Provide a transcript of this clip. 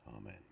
Amen